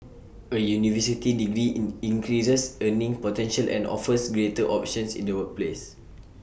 A university degree increases earning potential and offers greater options in the workplace